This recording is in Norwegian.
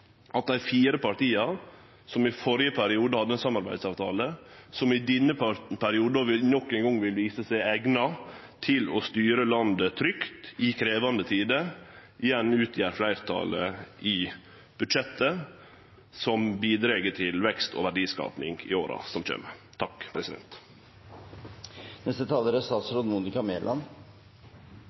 at dei fire partia som i førre periode hadde ein samarbeidsavtale, og som i denne perioden nok ein gong vil vise seg eigna til å styre landet trygt i krevjande tider, igjen utgjer fleirtalet for budsjettet, som bidreg til vekst og verdiskaping i åra som kjem. Takk